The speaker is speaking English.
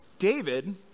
David